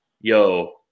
yo